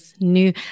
new